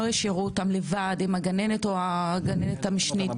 לא ישאירו אותם לבד עם הגננת או הגננת המשנית.